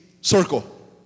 circle